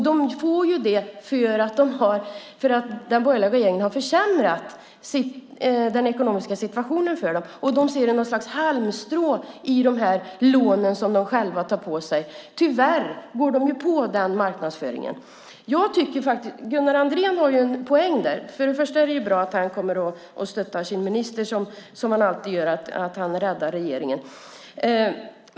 De får det för att den borgerliga regeringen har försämrat den ekonomiska situationen för dem. De ser något slags halmstrå i de här lånen, som de tar. Tyvärr går de på den här marknadsföringen. Det är bra att Gunnar Andrén kommer och stöttar sin minister, som han alltid gör, och att han räddar regeringen.